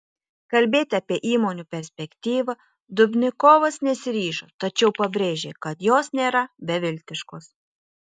kalbėti apie įmonių perspektyvą dubnikovas nesiryžo tačiau pabrėžė kad jos nėra beviltiškos